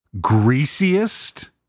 greasiest